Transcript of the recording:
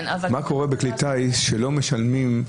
מה קורה בכלי טיס כשלא משלמים?